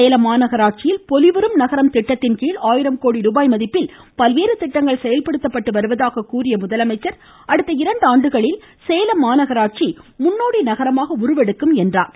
சேலம் மாநகராட்சியில் பொலிவுறும் நகரம் திட்டத்தின்கீழ் ஆயிரம் கோடி ரூபாய் மதிப்பில் பல்வேறு திட்டங்கள் செயல்படுத்தப்பட்டு வருவதாக கூறிய அவர் அடுத்த இரண்டாண்டுகளில் சேலம் மாநகராட்சி முன்னோடி நகரமாக உருவெடுக்கும் என்றார்